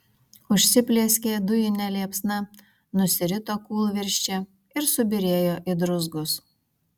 užsiplieskė dujine liepsna nusirito kūlvirsčia ir subyrėjo į druzgus